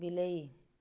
ବିଲେଇ